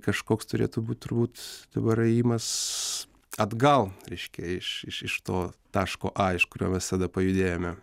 kažkoks turėtų būt turbūt dabar ėjimas atgal reiškia iš iš iš to taško a iš kurio mes tada pajudėjome